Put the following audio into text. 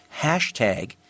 hashtag